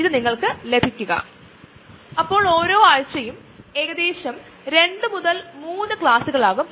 അത് പ്രവർത്തനക്ഷമമല്ലാത്തത് ആകുകയും അത് കോശങ്ങളെ തുടർന്നു ജീവിപ്പിക്കുകയും തുടർന്ന് ഇത് ക്യാൻസറിന് കാരണമാകുന്നു